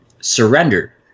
surrender